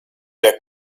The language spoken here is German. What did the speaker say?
der